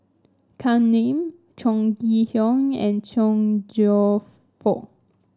Kam Ning Chong Kee Hiong and Chong Cheong Fook